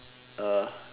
uh